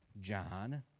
John